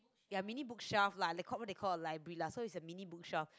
ya mini bookshelves lah they called what they called a library lah so it's a mini bookshelf